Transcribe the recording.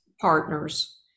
partners